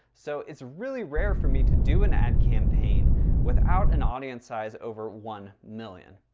so it's really rare for me to do an ad campaign without an audience size over one million.